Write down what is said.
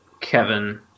Kevin